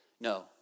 No